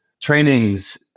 trainings